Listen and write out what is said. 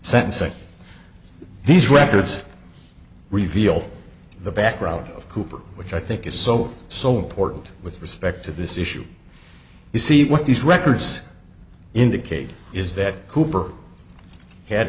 sentencing these records reveal the background of cooper which i think is so so important with respect to this issue you see what these records indicate is that cooper had